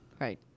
Right